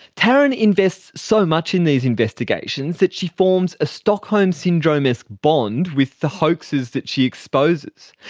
taryn invests so much in these investigations that she forms a stockholm syndrome-esque bond with the hoaxers that she exposes.